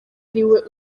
ariwe